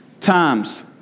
times